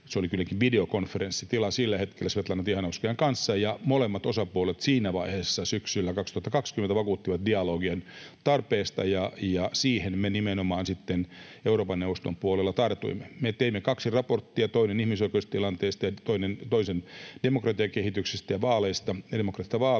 se oli kylläkin videokonferenssitila sillä hetkellä — Svetlana Tihanovskajan kanssa. Molemmat osapuolet siinä vaiheessa syksyllä 2020 vakuuttivat dialogien tarpeesta, ja siihen me nimenomaan sitten Euroopan neuvoston puolella tartuimme. Me teimme kaksi raporttia, toisen ihmisoikeustilanteesta ja toisen demokratiakehityksestä ja demokraattisista vaaleista